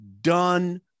done